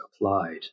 applied